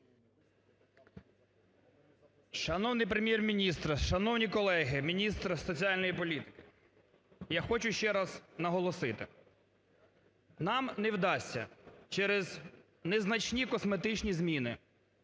Шановний Прем'єр-міністр, шановні колеги, міністр соціальної політики, я хочу ще раз наголосити, нам не вдасться через незначні косметичні зміни,